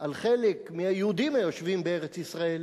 על חלק מהיהודים היושבים בארץ-ישראל